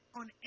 on